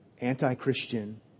anti-Christian